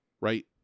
right